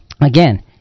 Again